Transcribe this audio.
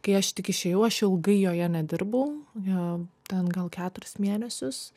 kai aš tik išėjau aš ilgai joje nedirbau jo ten gal keturis mėnesius